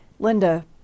Linda